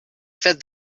fed